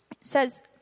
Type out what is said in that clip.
says